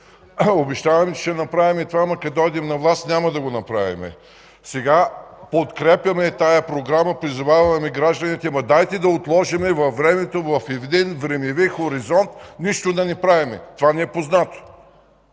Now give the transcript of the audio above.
обещаваме, че ще направим това, ама като дойдем на власт, няма да го направим. Сега подкрепяме тази програма, призоваваме гражданите, ама дайте да отложим във времето в един времеви хоризонт нищо да не правим. Това ни е познато.